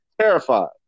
Terrified